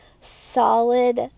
solid